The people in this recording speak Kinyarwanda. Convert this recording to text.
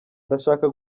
ndashaka